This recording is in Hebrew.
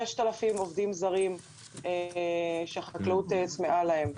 למשל 6,000 עובדים זרים שהחקלאות צמאה להם.